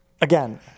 again